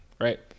right